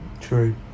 True